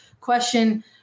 question